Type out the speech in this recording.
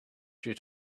due